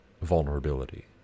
vulnerability